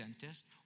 dentist